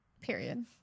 period